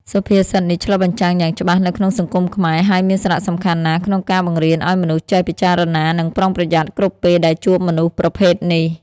សុភាសិតនេះឆ្លុះបញ្ចាំងយ៉ាងច្បាស់នៅក្នុងសង្គមខ្មែរ ហើយមានសារៈសំខាន់ណាស់ក្នុងការបង្រៀនឱ្យមនុស្សចេះពិចារណា និងប្រុងប្រយ័ត្នគ្រប់ពេលដែលជួបមនុស្សប្រភេទនេះ។